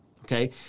Okay